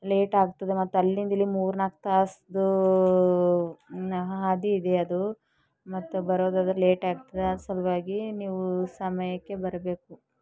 ಲೇಟಾಗ್ತದೆ ಮತ್ತು ಅಲ್ಲಿಂದಿಲ್ಲಿ ಮೂರ್ನಾಲ್ಕು ತಾಸಿದ್ದು ನ ಹಾದಿ ಇದೆ ಅದು ಮತ್ತೆ ಬರೋದಾದರೆ ಲೇಟ್ ಆಗ್ತದ ಅದು ಸಲುವಾಗಿ ನೀವು ಸಮಯಕ್ಕೆ ಬರಬೇಕು